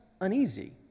uneasy